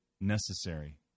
necessary